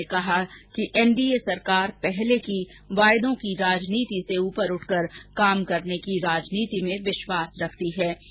उन्होंने कहा कि एनडीए सरकार पहले की वायदों की राजनीति से ऊपर उठकर काम करने की राजनीति में विश्वास करती है